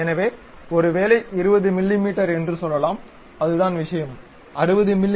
எனவே ஒருவேளை 20 மிமீ என்று சொல்லலாம் அதுதான் விஷயம் 60 மி